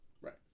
right